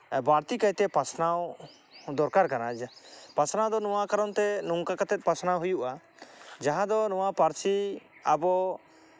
ᱵᱟᱹᱲᱛᱤ ᱠᱟᱭᱛᱮ ᱯᱟᱥᱱᱟᱣ ᱫᱚᱨᱠᱟᱨ ᱠᱟᱱᱟ ᱯᱟᱥᱱᱟᱣ ᱫᱚ ᱱᱚᱣᱟ ᱠᱟᱨᱚᱱ ᱛᱮ ᱱᱚᱝᱠᱟ ᱠᱟᱛᱮᱫ ᱯᱟᱥᱱᱟᱣ ᱦᱩᱭᱩᱜᱼᱟ ᱡᱟᱦᱟᱸ ᱫᱚ ᱱᱚᱣᱟ ᱯᱟᱹᱨᱥᱤ ᱟᱵᱚ